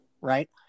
right